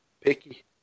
Picky